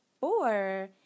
four